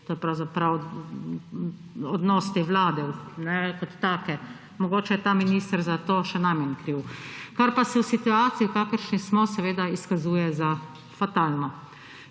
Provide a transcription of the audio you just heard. to je pravzaprav odnos te vlade kot take. Mogoče je ta minister za to še najmanj kriv, kar pa se v situaciji, v kakršni smo, seveda, izkazuje za fatalno.